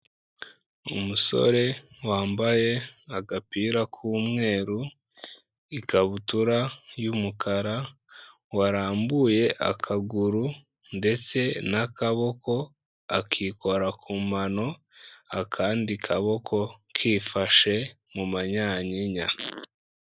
Umusore wambaye agapira k'umweru, ikabutura y'umukara, warambuye akaguru ndetse n'akaboko akikora ku manano, akandi kaboko kifashe mu manyankinya